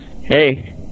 Hey